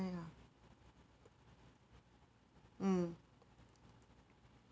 ah mm